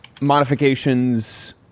modifications